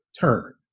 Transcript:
turn